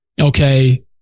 okay